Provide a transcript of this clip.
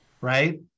right